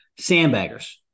sandbaggers